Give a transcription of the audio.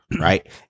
right